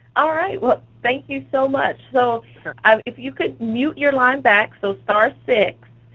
all right. well, thank you so much. so um if you could mute your line back, so star-six,